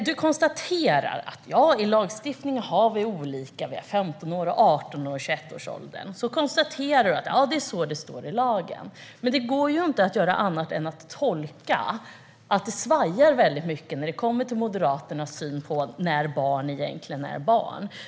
Du konstaterar, Anti Avsan, att vi har olika åldrar i lagstiftningen: 15 år, 18 år och 21 år. Du konstaterar att det är så det står i lagen. Men det går inte att tolka Moderaterna på annat sätt än att det svajar väldigt mycket när det kommer till er syn på när barn egentligen är barn.